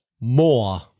More